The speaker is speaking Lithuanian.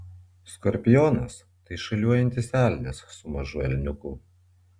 skorpionas tai šuoliuojantis elnias su mažu elniuku